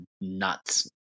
nuts